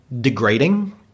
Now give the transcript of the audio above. degrading